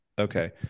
Okay